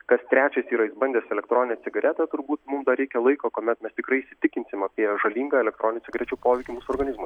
kas trečias yra išbandęs elektroninę cigaretę turbūt mum dar reikia laiko kuomet mes tikrai įsitikinsime apie žalingą elektroninių cigarečių poveikį mūsų organizmui